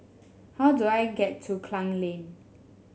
how do I get to Klang Lane